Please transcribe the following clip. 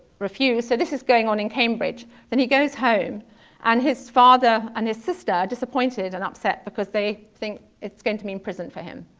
refused. so, this is going on in cambridge, then he goes home and his father and his sister are disappointed and upset because they think it's going to mean prison for him.